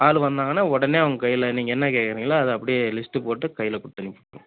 ஆள் வந்தாங்கன்னா உடனே அவங்க கையில் நீங்கள் என்ன கேட்கறீங்களோ அதை அப்படியே லிஸ்ட்டு போட்டு கையில் கொடுத்து அனுப்பிவிட்றோம்